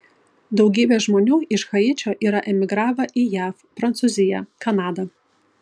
daugybė žmonių iš haičio yra emigravę į jav prancūziją kanadą